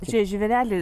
tie žvėreliai